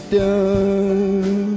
done